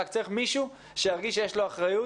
רק צריך מישהו שירגיש שיש לו אחריות